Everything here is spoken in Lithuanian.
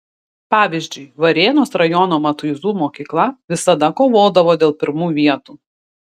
pavyzdžiui varėnos rajono matuizų mokykla visada kovodavo dėl pirmų vietų